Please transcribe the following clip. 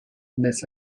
miss